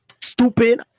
Stupid